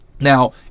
Now